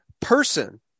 person